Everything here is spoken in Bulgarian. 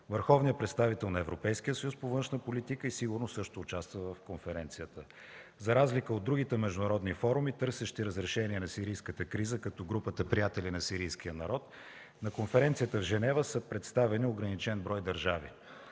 Върховният представител на Европейския съюз по външна политика и сигурност също участва в конференцията. За разлика от другите международни форуми, търсещи разрешение на сирийската криза, като Групата „Приятели на сирийския народ”, на конференцията в Женева са представени ограничен брой държави.